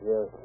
Yes